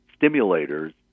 stimulators